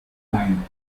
main